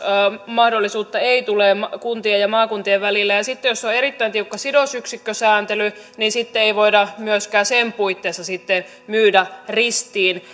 mahdollisuutta ei tule kuntien ja maakuntien välille ja sitten jos on erittäin tiukka sidosyksikkösääntely niin ei voida myöskään sen puitteissa myydä ristiin